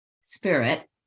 spirit